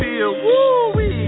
Woo-wee